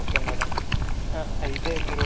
okay madam అయితే మీరు